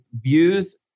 views